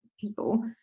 people